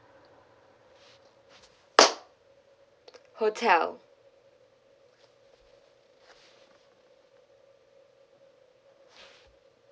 hotel